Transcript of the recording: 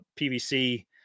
PVC